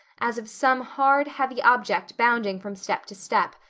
as of some hard, heavy object bounding from step to step,